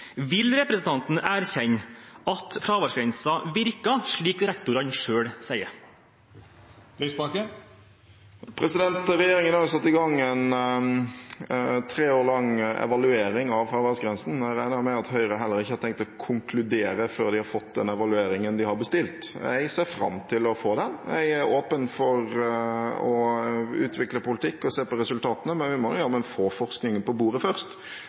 Vil representanten erkjenne at fraværsgrensen virker, slik rektorene selv sier? Regjeringen har satt i gang en tre år lang evaluering av fraværsgrensen, jeg regner med at heller ikke Høyre har tenkt å konkludere før de har fått den evalueringen de har bestilt. Jeg ser fram til å få den, jeg er åpen for å utvikle politikk og se på resultatene, men vi må jammen få forskningen på bordet først.